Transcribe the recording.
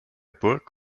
burg